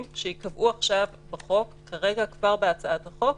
שייקבעו עכשיו בחוק כרגע כבר בהצעת החוק.